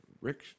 Rick